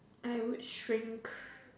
I would shrink